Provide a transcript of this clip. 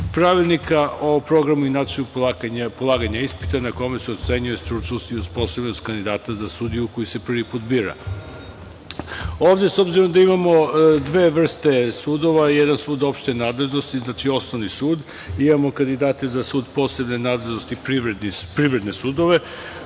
Pravilnika o programu i načinu polaganja ispita na kome se ocenjuje stručnost i osposobljenost kandidata za sudiju koji se prvi put bira. Ovde s obzirom da imamo dve vrste sudova, jedan sud opšte nadležnosti, osnovni sud, imamo i kandidate za sud posebne nadležnosti, privredne sudove,